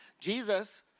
Jesus